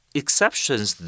exceptions